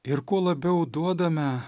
ir kuo labiau duodame